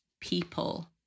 people